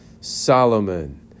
Solomon